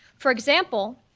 for example,